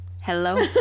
Hello